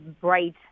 bright